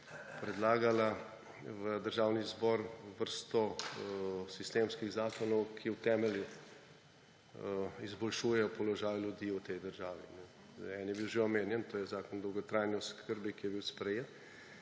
predložila v Državni zbor vrsto sistemskih zakonov, ki v temelju izboljšujejo položaj ljudi v tej državi. Eden je bil že omenjen, to je Zakon o dolgotrajni oskrbi, ki je bil sprejet